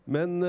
Men